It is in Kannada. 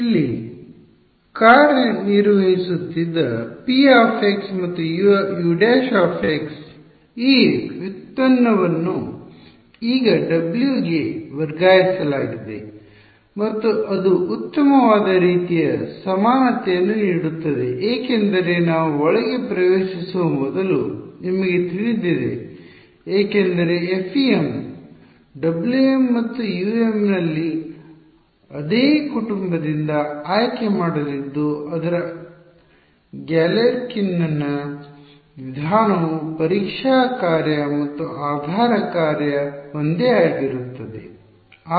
ಇಲ್ಲಿ ಕಾರ್ಯನಿರ್ವಹಿಸುತ್ತಿದ್ದ p ಮತ್ತು U ′ ಈ ವ್ಯುತ್ಪನ್ನವನ್ನು ಈಗ W ಗೆ ವರ್ಗಾಯಿಸಲಾಗಿದೆ ಮತ್ತು ಅದು ಉತ್ತಮವಾದ ರೀತಿಯ ಸಮಾನತೆ ಯನ್ನು ನೀಡುತ್ತದೆ ಏಕೆಂದರೆ ನಾವು ಒಳಗೆ ಪ್ರವೇಶಿಸುವ ಮೊದಲು ನಿಮಗೆ ತಿಳಿದಿದೆ ಏಕೆಂದರೆ FEM Wm ಮತ್ತು Um ನಲ್ಲಿ ಅದೇ ಕುಟುಂಬದಿಂದ ಆಯ್ಕೆ ಮಾಡಲಿದ್ದು ಅದರ ಗ್ಯಾಲೆರ್ಕಿನ್ನ Galerkin's ವಿಧಾನವು ಪರೀಕ್ಷಾ ಕಾರ್ಯ ಮತ್ತು ಆಧಾರ ಕಾರ್ಯ ಒಂದೇ ಆಗಿರುತ್ತದೆ